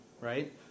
right